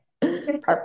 Perfect